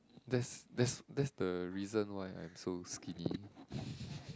that's that's that's the reason why I am so skinny